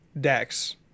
decks